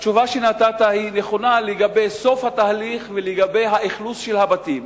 התשובה שנתת היא נכונה לגבי סוף התהליך ולגבי האכלוס של הבתים,